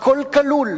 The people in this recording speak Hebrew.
הכול כלול.